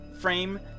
frame